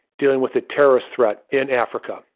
dealing with the terrorist threat in africa.